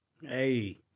Hey